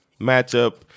matchup